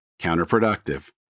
counterproductive